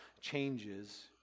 changes